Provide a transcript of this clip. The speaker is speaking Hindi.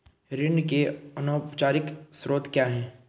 ऋण के अनौपचारिक स्रोत क्या हैं?